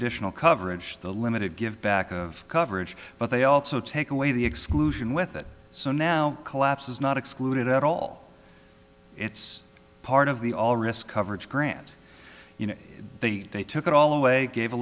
additional coverage the limited give back of coverage but they also take away the exclusion with it so now collapse is not excluded at all it's part of the all risk coverage grant you know they they took it all away gave a